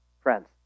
friends